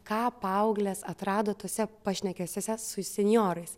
ką paauglės atrado tuose pašnekesiuose su senjorais